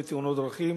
בתאונות דרכים.